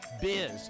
Biz